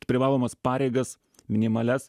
privalomas pareigas minimalias